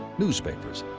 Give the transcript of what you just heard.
newspapers,